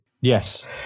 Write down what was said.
Yes